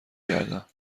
گردم